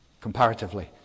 comparatively